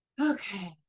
Okay